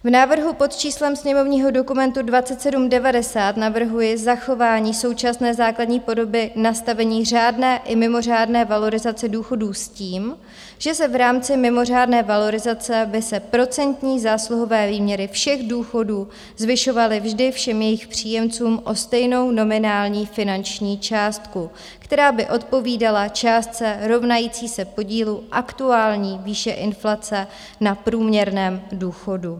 V návrhu pod číslem sněmovního dokumentu 2790 navrhuji zachování současné základní podoby nastavení řádné i mimořádné valorizace důchodů s tím, že v rámci mimořádné valorizace by se procentní zásluhové výměry všech důchodů zvyšovaly vždy všem jejich příjemcům o stejnou nominální finanční částku, která by odpovídala částce rovnající se podílu aktuální výše inflace na průměrném důchodu.